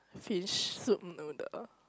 fish soup noodle